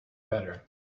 better